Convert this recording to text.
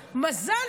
אז הוא לא הגיע.